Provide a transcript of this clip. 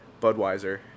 Budweiser